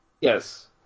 Yes